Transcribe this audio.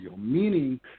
meaning